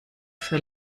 für